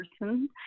person